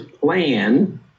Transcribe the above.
plan